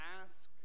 ask